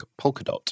Polkadot